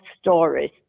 stories